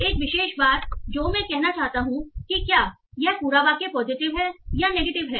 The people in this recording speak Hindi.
एक विशेष बात जो मैं कहना चाहता हूं कि क्या यह पूरा वाक्य पॉजिटिव या नेगेटिव है